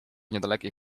niedalekiej